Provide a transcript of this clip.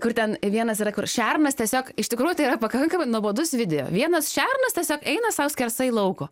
kur ten vienas yra kur šernas tiesiog iš tikrųjų tai yra pakankamai nuobodus video vienas šernas tiesiog eina sau skersai lauko